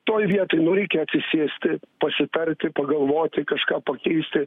toj vietoj nu reikia atsisėsti pasitarti pagalvoti kažką pakeisti